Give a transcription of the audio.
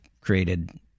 created